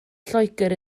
lloegr